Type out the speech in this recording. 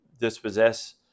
dispossess